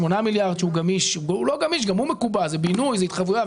שמונה מיליארד וגם הסכום הזה מקובע כי מדובר בבינוי והתחייבויות.